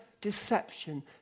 deception